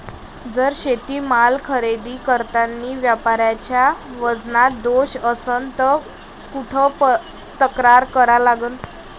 जर शेतीमाल खरेदी करतांनी व्यापाऱ्याच्या वजनात दोष असन त कुठ तक्रार करा लागन?